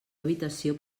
habitació